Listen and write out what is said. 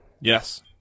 Yes